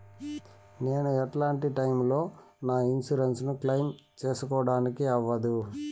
నేను ఎట్లాంటి టైములో నా ఇన్సూరెన్సు ను క్లెయిమ్ సేసుకోవడానికి అవ్వదు?